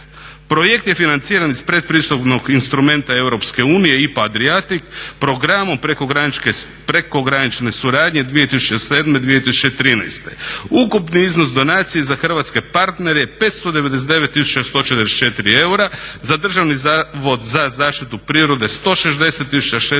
Projekt je financiran iz pretpristupnog instrumenta Europske unije IPA Adriatic, programom prekogranične suradnje 2007.-2013. Ukupni iznos donacije za hrvatske partnere je 599 144 eura, za Državni zavod za zaštitu prirode 160